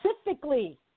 specifically